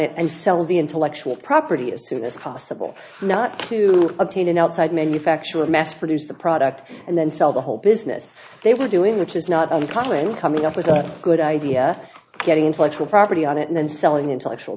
it and sell the intellectual property as soon as possible not to obtain an outside manufacture of mass produce the product and then sell the whole business they were doing which is not uncommon coming up with a good idea getting intellectual property on it and then selling intellectual